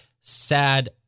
sad